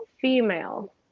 female